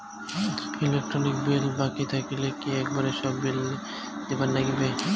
Electric bill বাকি থাকিলে কি একেবারে সব বিলে দিবার নাগিবে?